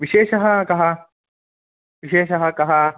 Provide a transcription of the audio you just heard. विशेषः कः विशेषः कः